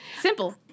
simple